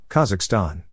Kazakhstan